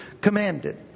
commanded